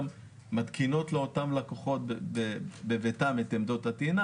גם מתקינות לאותם לקוחות בביתם את עמדות הטעינה